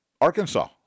Arkansas